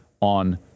on